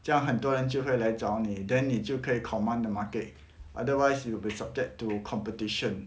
这样很多人就会来找你 then 你就可以 command the market otherwise you will be subject to competition